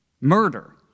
murder